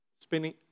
spinning